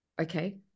okay